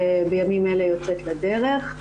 בימים אלה יוצאת לדרך.